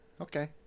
Okay